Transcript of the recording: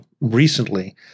recently